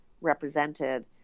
represented